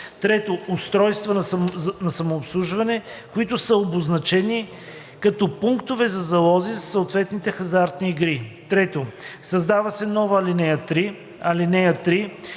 3. устройства на самообслужване, които са обозначени като пунктове за залози за съответните хазартни игри.“ 3. Създава се нова ал. 3: